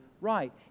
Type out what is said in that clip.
right